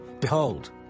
Behold